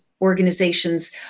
organizations